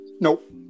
nope